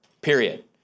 period